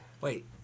Wait